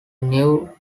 new